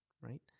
right